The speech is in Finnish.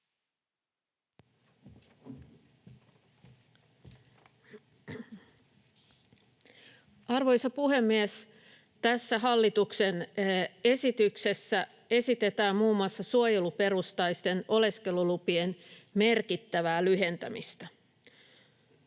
Arvoisa puhemies! Tässä hallituksen esityksessä esitetään muun muassa suojeluperustaisten oleskelulupien merkittävää lyhentämistä.